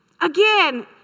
Again